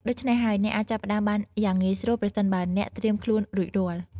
ដូច្នេះហើយ អ្នកអាចចាប់ផ្តើមបានយ៉ាងងាយស្រួល ប្រសិនបើអ្នកត្រៀមខ្លួនរួចរាល់។